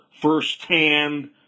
first-hand